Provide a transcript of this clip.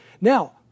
Now